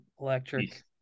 electric